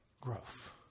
Growth